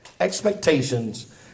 expectations